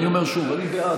אני אומר שוב: אני בעד.